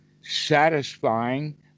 satisfying